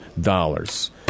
dollars